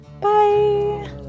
Bye